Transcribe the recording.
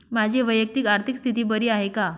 माझी वैयक्तिक आर्थिक स्थिती बरी आहे का?